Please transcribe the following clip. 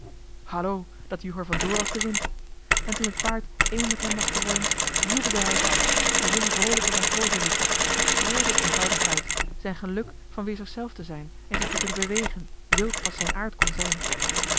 hallo dat joeg er van door als de wind en toen het paard één met hem was geworden jubelde hij het uit zong vroolijke matrozenliedjes of schreeuwde het eenvoudig joh h been paddeltje de scheepsjongen van michiel de ruijter uit zijn geluk van weer zichzelf te zijn en zich te kunnen bewegen wild als zijn aard kon zijn